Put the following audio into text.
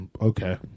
okay